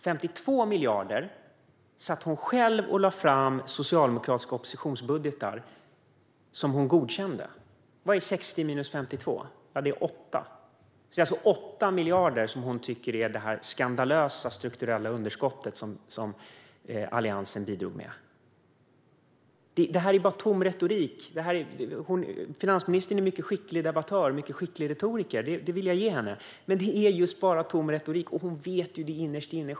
Hon lade själv fram socialdemokratiska oppositionsbudgetar med underskott på 52 miljarder som hon godkände. Vad är 60 minus 52? Det är 8. Det är alltså 8 miljarder som hon tycker är det skandalösa strukturella underskott som Alliansen bidrog med. Detta är bara tom retorik. Finansministern är en mycket skicklig debattör och retoriker. Det vill jag ge henne. Men det är just bara tom retorik, och hon vet det innerst inne.